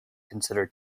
consider